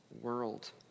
world